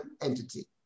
entity